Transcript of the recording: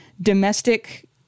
domestic